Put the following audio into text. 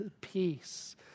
Peace